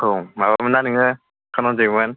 औ माबामोन ना नोङो धनन्जयमोन